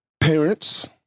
parents